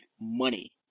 money